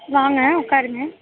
வாங்க உட்காருங்க